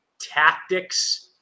tactics